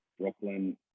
Brooklyn